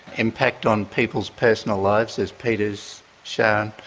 impact on people's personal lives, as peter has shown,